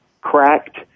cracked